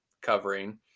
covering